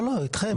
איתכם.